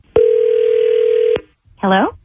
Hello